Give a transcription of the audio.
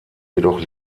jedoch